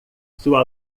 sua